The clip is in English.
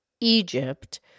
Egypt